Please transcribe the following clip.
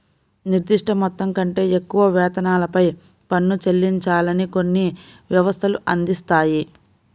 నిర్దిష్ట మొత్తం కంటే ఎక్కువ వేతనాలపై పన్ను చెల్లించాలని కొన్ని వ్యవస్థలు అందిస్తాయి